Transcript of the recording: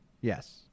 Yes